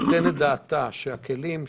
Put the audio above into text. צריך לקיים את אותה פרוצדורה של המלצת צוות